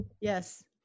Yes